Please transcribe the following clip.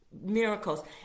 miracles